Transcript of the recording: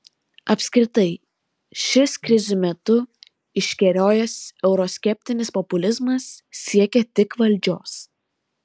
apskritai šis krizių metu iškerojęs euroskeptinis populizmas siekia tik valdžios